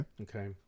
Okay